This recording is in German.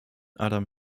adam